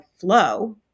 flow